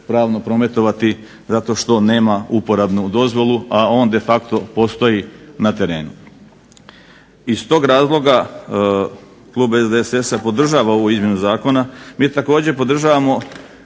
pravno prometovati zato što nema uporabnu dozvolu, a on de facto postoji na terenu. Iz tog razloga klub SDSS-a podržava ovu izmjenu zakona. Mi također podržavamo